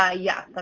ah yeah.